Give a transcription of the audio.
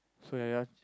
so like ya